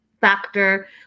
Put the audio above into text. factor